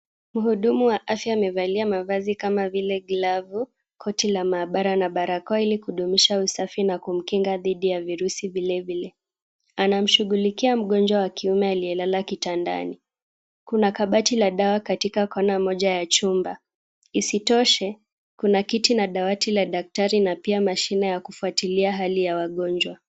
Mhudumu wa afya amevalia mavazi kama vile glavu, koti la maabara na barakoa ili kudumisha usafi na kumkinga dhidi ya virusi vilevile. Anamshughulikia mgonjwa wa kiume aliyelala kitandani. Kuna kabati la dawa katika kona moja ya chumba. Isitoshe, kuna kiti na dawati la daktari na pia mashine ya kufuatilia hali ya wagonjwa.